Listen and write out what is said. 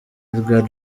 edgar